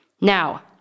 Now